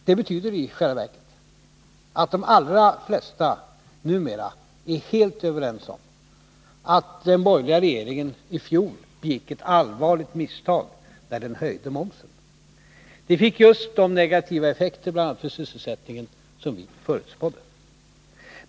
Det betyder i själva verket att de allra flesta numera är helt överens om att den borgerliga regeringen i fjol begick ett allvarligt misstag när den höjde momsen. Den åtgärden fick just de negativa effekter för sysselsättningen som vi förutspådde.